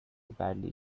badly